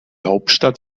hauptstadt